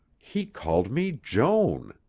he called me joan.